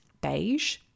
beige